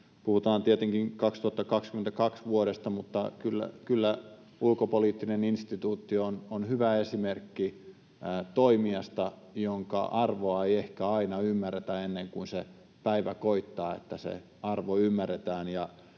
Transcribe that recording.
puhutaan tietenkin vuodesta 2022. Kyllä Ulkopoliittinen instituutti on hyvä esimerkki toimijasta, jonka arvoa ei ehkä aina ymmärretä ennen kuin se päivä koittaa, että se arvo ymmärretään.